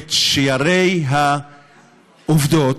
את שיירי העובדות,